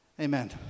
Amen